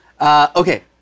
Okay